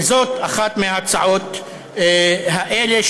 וזאת אחת מההצעות האלה,